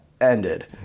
ended